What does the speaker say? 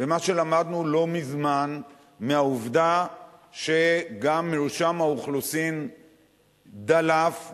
ומה שלמדנו לא מזמן מהעובדה שגם מרשם האוכלוסין דלף,